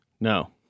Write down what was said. No